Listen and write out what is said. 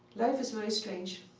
life is very strange.